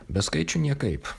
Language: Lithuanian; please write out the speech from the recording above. be skaičių niekaip